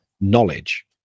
knowledge